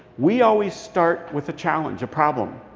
we always start with a challenge a problem.